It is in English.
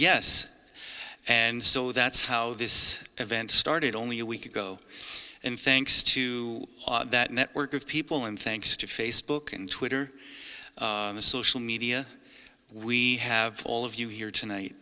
yes and so that's how this event started only a week ago and thanks to that network of people and thanks to facebook and twitter and social media we have all of you here tonight